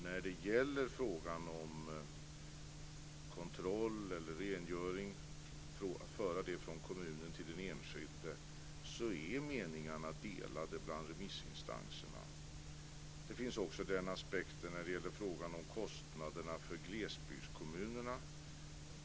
När det gäller frågan om kontroll eller rengöring och att föra den från kommunen till den enskilde är meningarna delade bland remissinstanserna. Det finns också en aspekt på frågan om kostnaderna för glesbygdskommunerna.